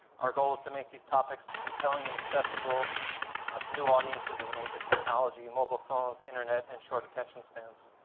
our goal is to make these topics compelling and accessible to new audiences in an age of technology, mobile phones, internet, and short attention spans.